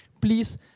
please